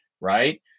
Right